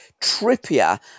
Trippier